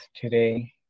today